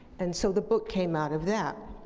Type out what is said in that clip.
and so, the book came out of that.